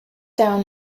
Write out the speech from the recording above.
down